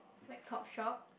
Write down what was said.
like Topshop